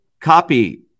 copy